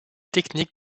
techniques